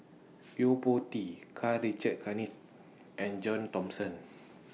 Yo Po Tee Karl Richard Hanitsch and John Thomson